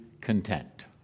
content